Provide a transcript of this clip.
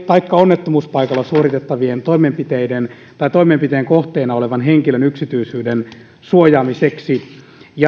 taikka onnettomuuspaikalla suoritettavien toimenpiteiden tai toimenpiteen kohteena olevan henkilön yksityisyyden suojaamiseksi